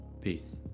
Peace